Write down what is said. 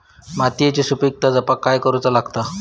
मातीयेची सुपीकता जपाक काय करूचा लागता?